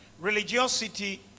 Religiosity